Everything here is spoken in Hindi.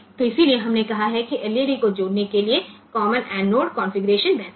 तो इसीलिए हमने कहा कि एलईडी को जोड़ने के लिए कॉमन एनोड कॉन्फ़िगरेशन बेहतर है